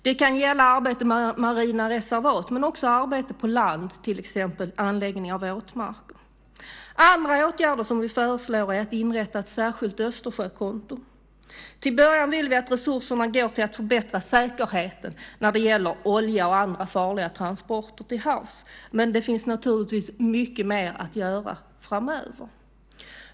Det kan gälla arbete med marina reservat men också arbete på land, till exempel anläggning av våtmarker. Andra åtgärder som vi föreslår är att inrätta ett särskilt Östersjökonto. Till en början vill vi att resurserna går till att förbättra säkerheten när det gäller olja och andra farliga transporter till havs, men det finns naturligtvis mycket mer att göra framöver.